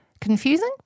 Confusing